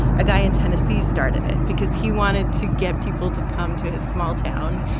a guy in tennessee started it because he wanted to get people to come to his small town.